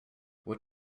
what